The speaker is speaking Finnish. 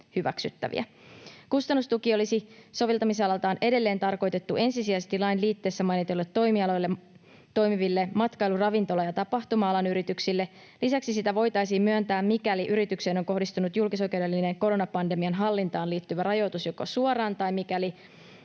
Kustannustuki olisi soveltamisalaltaan edelleen tarkoitettu ensisijaisesti lain liitteessä mainituilla toimialoilla toimiville matkailu‑, ravintola‑ ja tapahtuma-alan yrityksille. Lisäksi sitä voitaisiin myöntää, mikäli yritykseen on kohdistunut julkisoikeudellinen koronapandemian hallintaan liittyvä rajoitus joko suoraan tai mikäli